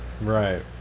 right